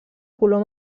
color